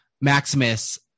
Maximus